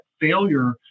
failure